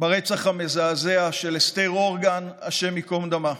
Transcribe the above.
הרצח המזעזע של אסתר הורגן, השם ייקום דמה,